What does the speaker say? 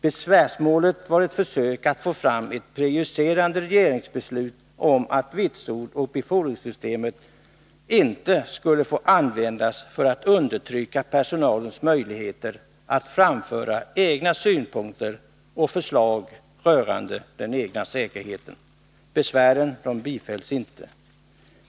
Besvärsmålet var ett försök att få fram ett prejudicerande regeringsbeslut om att vitsordsoch befordringssystemet inte skulle få användas för att undertrycka personalens möjligheter att framföra synpunkter och förslag rörande den egna säkerheten. Besvären bifölls inte.